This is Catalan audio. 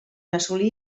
assolí